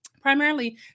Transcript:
primarily